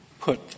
put